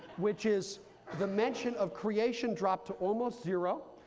which is the mention of creation dropped to almost zero,